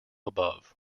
above